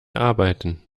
arbeiten